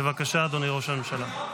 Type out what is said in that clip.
בבקשה, אדוני ראש הממשלה.